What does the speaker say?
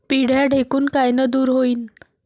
पिढ्या ढेकूण कायनं दूर होईन?